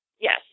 yes